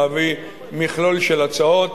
להביא מכלול של הצעות.